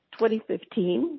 2015